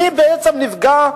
מי בעצם נפגע,